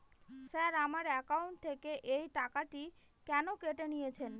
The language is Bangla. স্যার আমার একাউন্ট থেকে এই টাকাটি কেন কেটে নিয়েছেন?